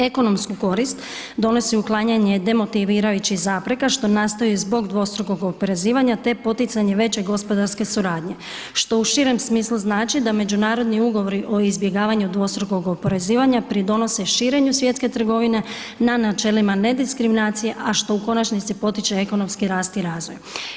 Ekonomsku korist donosi uklanjanje demotivirajućih zapreka što nastaju zbog dvostrukog oporezivanja te poticanje veće gospodarske suradnje što u širem smislu znači da međunarodni ugovori o izbjegavanju dvostrukog oporezivanja pridonose širenju svjetske trgovine na načelima nediskriminacije, a što u konačnici potiče ekonomski rast i razvoj.